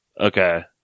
Okay